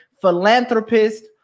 philanthropist